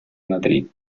madrid